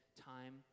time